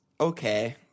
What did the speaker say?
okay